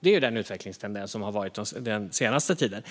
Det är den utvecklingstendens vi har sett den senaste tiden.